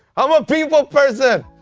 i'm a people person.